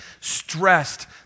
stressed